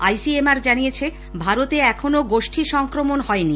I C M R জানিয়েছে ভারতে এখনও গোষ্ঠী সংক্রমণ হয়নি